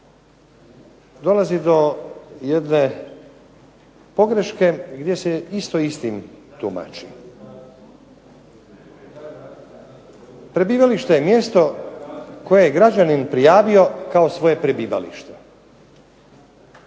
dolazi do jedne pogreške gdje se isto istim tumači. Prebivalište je mjesto koje je građanin prijavio kao svoje prebivalište.